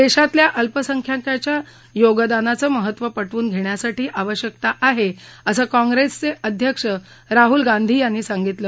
देशातल्या अल्पसंख्याकांच्या योगदानाचं महत्व पटवून घेण्याची आवश्यकता आहे असं काँप्रेसचे अध्यक्ष राहुल गांधी यांनी सांगितलं